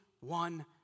one